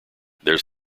there’s